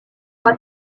mois